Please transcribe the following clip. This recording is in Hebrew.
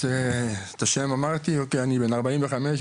אני בן 45,